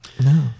no